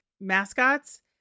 mascots